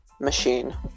machine